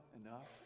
enough